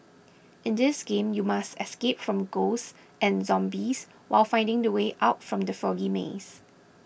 in this game you must escape from ghosts and zombies while finding the way out from the foggy maze